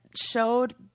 showed